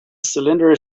cylinder